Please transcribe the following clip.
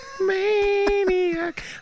maniac